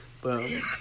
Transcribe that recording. boom